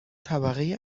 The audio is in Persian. طبقه